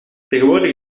tegenwoordig